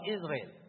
Israel